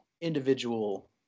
individual